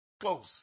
close